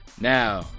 Now